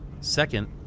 Second